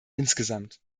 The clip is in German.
insgesamt